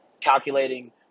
calculating